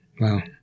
Wow